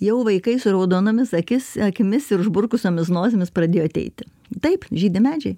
jau vaikai su raudonomis akis akimis ir išburkusiomis nosimis pradėjo ateiti taip žydi medžiai